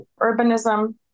urbanism